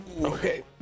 Okay